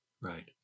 right